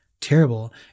terrible